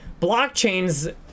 blockchains